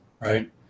right